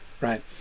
right